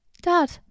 Dad